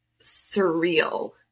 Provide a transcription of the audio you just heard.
surreal